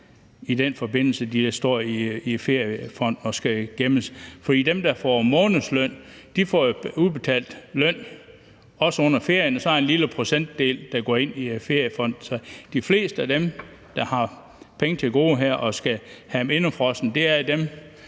de fleste af de penge står i feriefonden og skal gemmes. Dem, der får månedsløn, får jo udbetalt løn under ferien, og så er der en lille procentdel, der går ind i feriefonden. Så de fleste af dem, der har penge til gode her og skal have dem indefrosset, er dem,